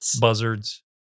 Buzzards